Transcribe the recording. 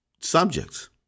subjects